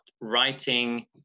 writing